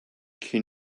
can